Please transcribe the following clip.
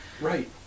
right